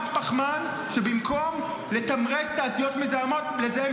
מס פחמן שבמקום לתמרץ תעשיות מזהמות לזהם